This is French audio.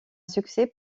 succès